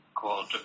called